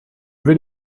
vais